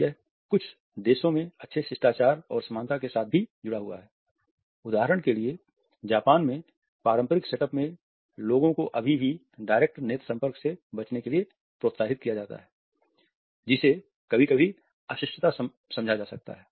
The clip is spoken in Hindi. यह कुछ देशों में अच्छे शिष्टाचार और समानता के साथ भी जुड़ा हुआ है उदाहरण के लिए जापान में पारंपरिक सेटअप में लोगों को अभी भी डायरेक्ट नेत्र संपर्क से बचने के लिए प्रोत्साहित किया जाता है जिसे कभी कभी अशिष्टता समझा जा सकता है